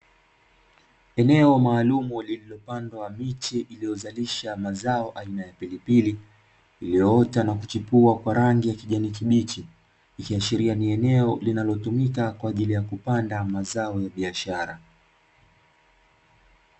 Eneo maalumu liliyopandwa miche iliyozalisha mazao aina ya pilipili iliyoota na kuchipua kwa rangi ya kijani kibichi ikiashiria ni eneo lililopandwa kwa ajili ya mazao ya biashara.